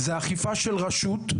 זו אכיפה של הרשות.